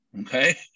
okay